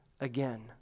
again